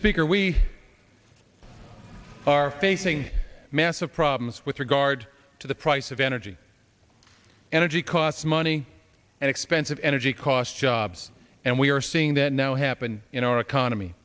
speaker we are facing massive problems with regard to the price of energy energy costs money and expensive energy cost jobs and we are seeing that now happen in our economy